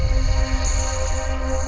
and